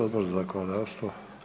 Odbor za zakonodavstvo.